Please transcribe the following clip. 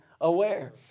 aware